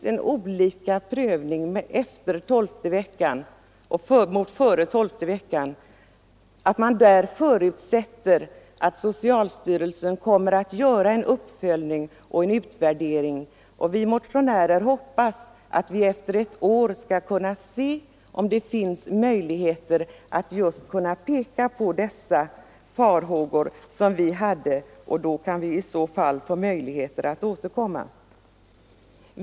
Vi är glada över att socialutskottet har uttalat att utskottet förutsätter att socialstyrelsen kommer att göra en sådan uppföljning och utvärdering i och med att prövningen efter den tolfte veckan blir en annan än före den tolfte veckan. Vi motionärer hoppas att vi om ett år skall kunna se om de farhågor vi hade var riktiga. I så fall har vi då möjligheter att återkomma.